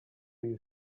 you